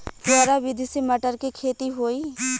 फुहरा विधि से मटर के खेती होई